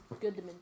good